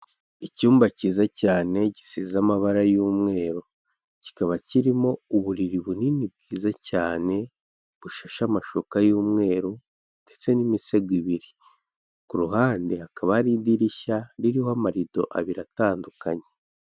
Icyumba cyiza cyane gisize amabara y'umweru, kikaba kirimo uburiri bunini bwiza cyane bushashe amashuka y'umweru ndetse n'imisego ibiri, ku ruhande hakaba hari idirishya ririho amarido abiri atandukanye.